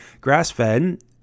grass-fed